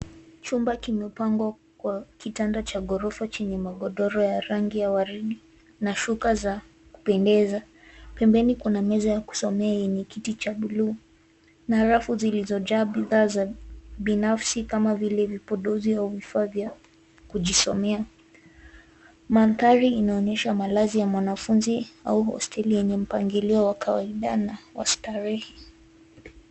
Chumba kimepangwa kwa kitanda cha ghorofa cheneye magodoro ya rangi ya waridi na shuka za kupendeza. pembeni kuna meza ya kusomea enye kiti cha buluu na rafu zilizojaa bidhaa za binafsi kama vile vipodozi au vifaa za kujisomea. Manthari inaonyesha malazi ya mwanafunzi au hosteli enye mpangilio wa kawaida na wa starehe.